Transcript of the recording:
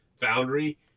Foundry